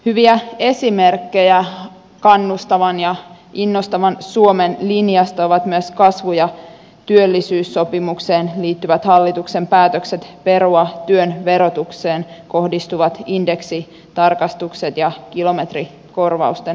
hyviä esimerkkejä kannustavan ja innostavan suomen linjasta ovat myös kasvu ja työllisyyssopimukseen liittyvät hallituksen päätökset perua työn verotukseen kohdistuvat indeksitarkastukset ja kilometrikorvausten leikkaukset